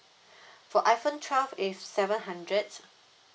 for iPhone twelve it's seven hundred